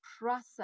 process